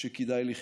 שכדאי לחיות.